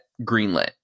greenlit